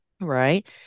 Right